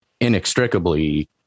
inextricably